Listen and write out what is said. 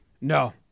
No